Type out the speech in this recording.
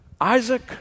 Isaac